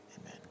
amen